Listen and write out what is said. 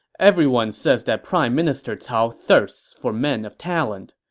everyone says that prime minister cao thirsts for men of talent,